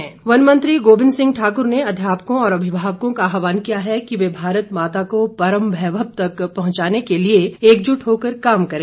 गोबिंद सिंह वन मंत्री गोबिंद सिंह ठाकुर ने अध्यापकों और अभिभावकों का आहवान किया है कि वे भारत माता को परम वैभव तक पहुंचाने के लिए एकजुट होकर काम करें